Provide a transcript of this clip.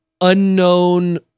unknown